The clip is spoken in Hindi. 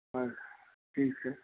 हाँ ठीक है